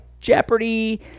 Jeopardy